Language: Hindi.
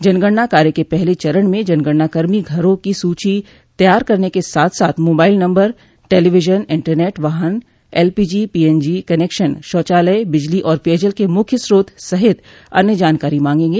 जनगणना कार्य के पहले चरण में जनगणना कर्मी घरों की सूची तैयार करने के साथ साथ मोबाइल नम्बर टेलीविजन इन्टरनेट वाहन एलपीजी पीनएनजी कनेक्शन शौचालय बिजली और पेयजल के मुख्य स्रोत सहित अन्य जानकारी मांगेंगे